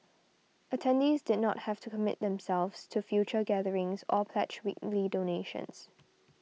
attendees did not have to commit themselves to future gatherings or pledge weekly donations